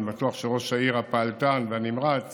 אני בטוח שראש העיר הפעלתן והנמרץ